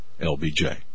LBJ